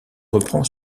reprend